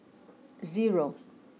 zero